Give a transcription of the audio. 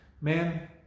Man